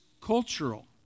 cultural